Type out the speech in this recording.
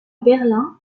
berlin